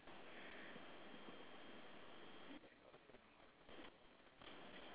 person standing up right uh on